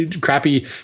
crappy